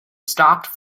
stopped